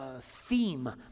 theme